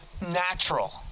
natural